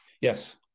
Yes